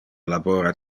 labora